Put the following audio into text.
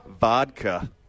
Vodka